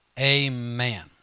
Amen